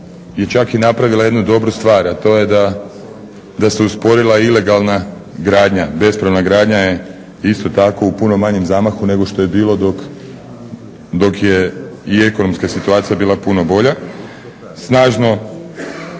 je čak i napravila jednu dobru stvar, a to je da se usporila ilegalna gradnja. Bespravna gradnja je isto tako u puno manjem zamahu nego što je bilo dok je i ekonomska situacija bila puno bolja. Snažno,